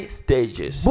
stages